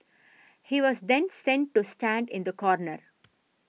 he was then sent to stand in the corner